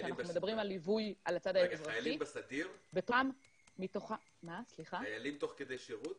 חיילים תוך כדי שירות?